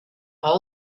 whole